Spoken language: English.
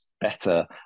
better